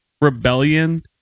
rebellion